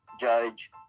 judge